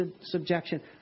subjection